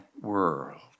world